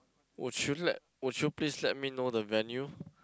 would you let would you please let me know the venue